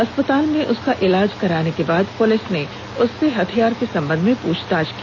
अस्पताल में उसका इलाज कराने के बाद पुलिस ने उससे हथियार के संबंध में पुछताछ की